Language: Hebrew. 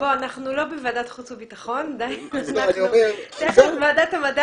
אנחנו לא בוועדת חוץ וביטחון ואפשר לדבר.